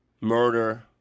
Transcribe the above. murder